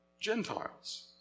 Gentiles